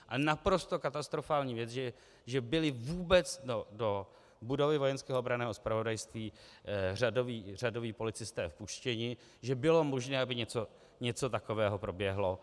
Naprosto katastrofální věc, že byli vůbec do budovy Vojenského obranného zpravodajství řadoví policisté vpuštěni, že bylo možné, aby něco takového proběhlo.